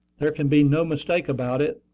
there can be no mistake about it,